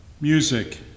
music